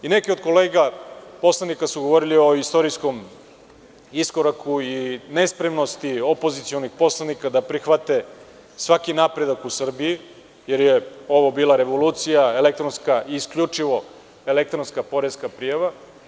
Neki od kolega poslanika su govorili o istorijskom iskoraku i nespremnosti opozicionih poslanika da prihvate svaki napredak u Srbiji, jer je ovo bila revolucija, elektronska, isključivo elektronska poreska prijava.